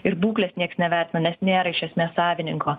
ir būklės nieks nevertina nes nėra iš esmės savininko